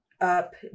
up